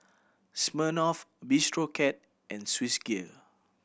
Smirnoff Bistro Cat and Swissgear